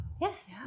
Yes